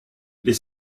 les